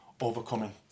overcoming